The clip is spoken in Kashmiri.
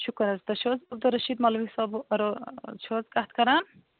شُکُر حظ تُہۍ چھُو حظ عبدالرشیٖد مولوی صٲب را چھِو حظ کَتھ کران